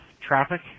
traffic